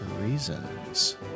reasons